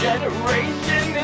Generation